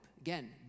again